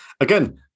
Again